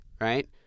right